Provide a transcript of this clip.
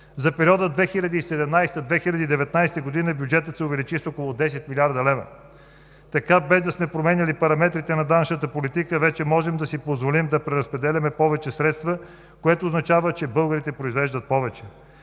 За периода 2017 – 2019 г. бюджетът се увеличи с около 10 млрд. лв. Така, без да сме променяли параметрите на данъчната политика, вече можем да си позволим да преразпределяме повече средства, което означава, че българите произвеждат повече.